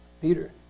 Peter